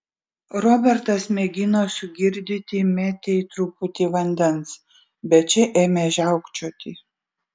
robertas mėgino sugirdyti metei truputį vandens bet ši ėmė žiaukčioti